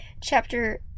chapter